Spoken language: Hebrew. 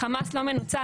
חמאס לא מנוצח,